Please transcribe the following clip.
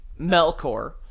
Melkor